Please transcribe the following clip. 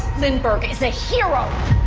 lindbergh is a hero.